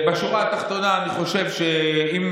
בשורה התחתונה, אני חושב שאם